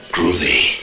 Groovy